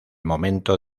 momento